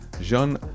Jean